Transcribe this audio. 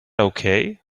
okay